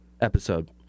episode